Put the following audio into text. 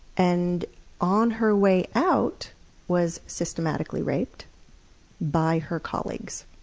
and on her way out was systematically raped by her colleagues.